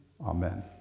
Amen